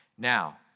Now